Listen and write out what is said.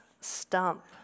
stump